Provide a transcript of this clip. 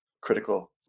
critical